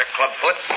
Clubfoot